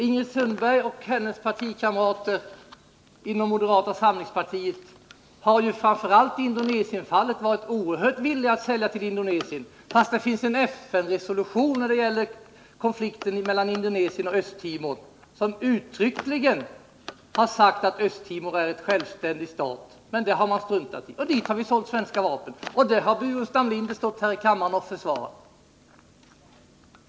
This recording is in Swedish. Ingrid Sundberg och hennes partikamrater inom moderata samlingspartiet har varit oerhört villiga att sälja till Indonesien, fast det finns en FN-resolution när det gäller konflikten mellan Indonesien och Östra Timor, som uttryckligen visar att Östtimor är en självständig stat. Men det har man struntat i. Dit har vi sålt svenska vapen. Det har Staffan Burenstam Linder stått här i kammaren och försvarat.